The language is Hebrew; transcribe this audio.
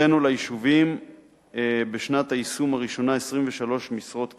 הקצינו ליישובים בשנת היישום הראשונה 23 משרות קב"ס,